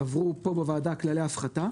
עברו פה בוועדה כללי הפחתה,